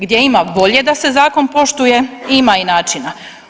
Gdje ima volje da se zakon poštuje ima i načina.